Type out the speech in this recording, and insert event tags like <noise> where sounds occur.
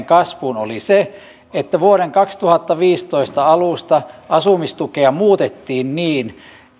<unintelligible> kasvuun oli se että vuoden kaksituhattaviisitoista alusta asumistukea muutettiin niin